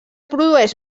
produeix